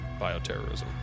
bioterrorism